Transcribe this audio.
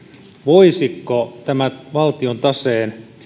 voisiko tämä valtion taseen